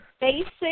basic